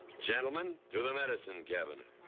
gentlemen, to the medicine cabinet.